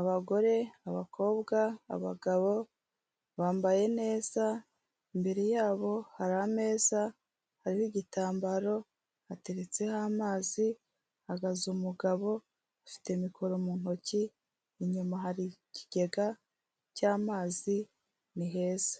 abagore, abakobwa, abagabo bambaye neza imbere yabo hari ameza ariho igitambaro ateretseho amazi, hahagaze umugabo ufite mikoro mu ntoki, inyuma hari ikigega cy'amazi ni heza.